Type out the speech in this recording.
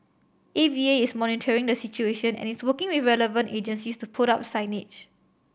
A V A is monitoring the situation and is working with relevant agencies to put up signage